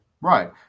Right